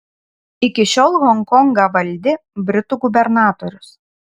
iki šiol honkongą valdė britų gubernatorius